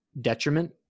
detriment